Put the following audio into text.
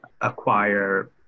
acquire